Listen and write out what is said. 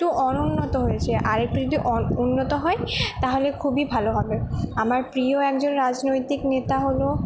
অনুন্নত হয়েছে আর একটু যদি অ উন্নত হয় তাহলে খুবই ভালো হবে আমার প্রিয় একজন রাজনৈতিক নেতা হল